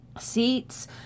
seats